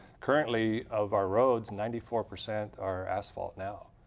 currently, of our roads, ninety four percent are asphalt now.